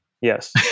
yes